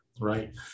right